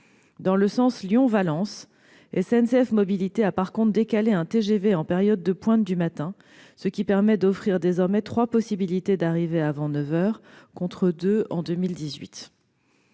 Dans le sens Lyon-Valence, SNCF Mobilités a en revanche décalé un TGV en période de pointe du matin, ce qui permet d'offrir désormais trois possibilités d'arriver avant neuf heures, contre deux en 2018.